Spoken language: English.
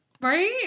Right